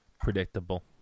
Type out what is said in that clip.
Predictable